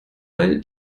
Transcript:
weil